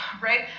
right